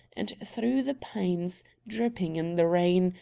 and through the panes, dripping in the rain,